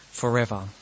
Forever